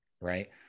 right